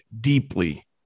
deeply